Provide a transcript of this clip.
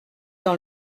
dans